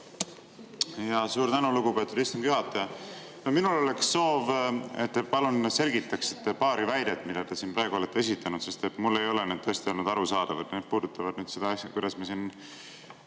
… Suur tänu, lugupeetud istungi juhataja! Minul oleks soov, et te selgitaksite paari väidet, mida te siin praegu olete esitanud, sest mulle ei ole need tõesti olnud arusaadavad. Need puudutavad seda, kuidas me siin